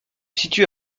situe